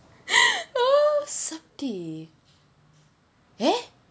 sub-tea eh